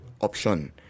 option